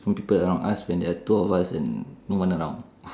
people around us when there are two of us and no one around